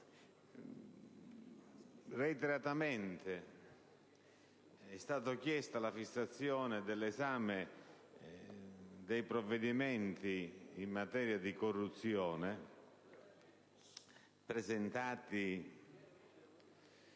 reiteratamente chiesta la fissazione dell'esame dei provvedimenti in materia di corruzione, presentati,